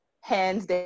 hands